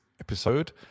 episode